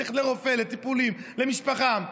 צריך ללכת לרופא, לטיפולים, למשפחה.